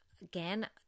again